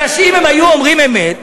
מכיוון שאם הם היו אומרים אמת,